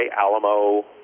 Alamo